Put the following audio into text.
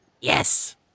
Yes